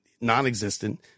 non-existent